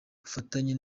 bufatanye